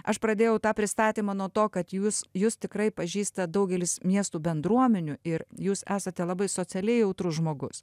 aš pradėjau tą pristatymą nuo to kad jūs jus tikrai pažįsta daugelis miestų bendruomenių ir jūs esate labai socialiai jautrus žmogus